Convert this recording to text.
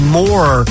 more